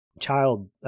Child